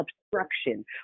obstruction